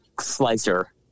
slicer